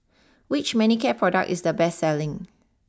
which Manicare product is the best selling